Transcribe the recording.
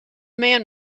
man